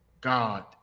God